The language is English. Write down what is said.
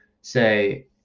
say